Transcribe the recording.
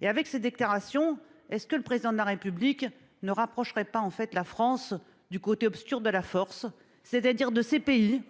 Et avec ses déclarations. Est ce que le président de la République ne rapprocherait pas en fait la France du côté obscur de la force, c'est-à-dire de ces pays